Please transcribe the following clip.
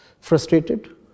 frustrated